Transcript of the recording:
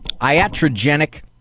iatrogenic